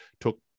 took